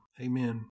Amen